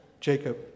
Jacob